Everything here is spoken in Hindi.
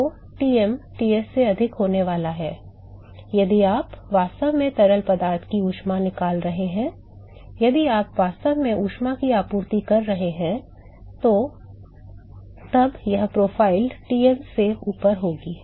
तो Tm Ts से अधिक होने वाला है यदि आप वास्तव में तरल पदार्थ से ऊष्मा निकाल रहे हैं यदि आप वास्तव में ऊष्मा की आपूर्ति कर रहे हैं तब यह प्रोफ़ाइल Tm से ऊपर होगी